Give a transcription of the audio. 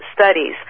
studies